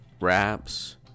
wraps